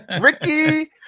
Ricky